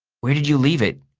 where did you leave it?